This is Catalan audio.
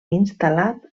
instal·lat